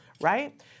right